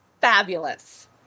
fabulous